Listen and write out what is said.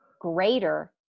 greater